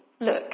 look